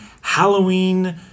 Halloween